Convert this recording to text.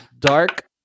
Dark